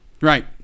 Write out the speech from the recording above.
right